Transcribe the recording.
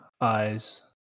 eyes